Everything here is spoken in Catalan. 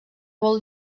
vol